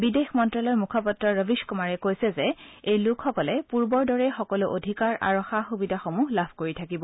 বিদেশ মন্ত্যালয়ৰ মুখপাত্ৰ ৰবীশ কুমাৰে কৈছে যে এই লোকসকলে পূৰ্বৰ দৰেই সকলো অধিকাৰ আৰু সা সূবিধাসমূহ লাভ কৰি থাকিব